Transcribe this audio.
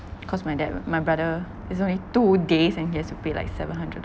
cause my dad uh my brother is only two days and he has to pay like seven hundred